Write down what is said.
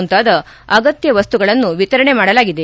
ಮುಂತಾದ ಅಗತ್ಯ ವಸ್ತುಗಳನ್ನು ವಿತರಣೆ ಮಾಡಲಾಗಿದೆ